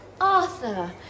Arthur